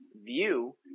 view